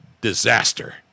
disaster